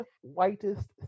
whitest